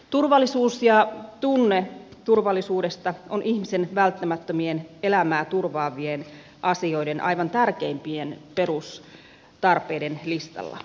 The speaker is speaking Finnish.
turvallisuus ja tunne turvallisuudesta on ihmisen välttämättömien elämää turvaavien asioiden aivan tärkeimpien perustarpeiden listalla